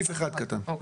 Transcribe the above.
בסעיף".